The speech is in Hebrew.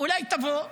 אולי תבוא?